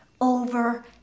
over